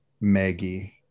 Maggie